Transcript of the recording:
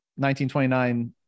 1929